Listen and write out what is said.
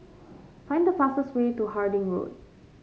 find the fastest way to Harding Road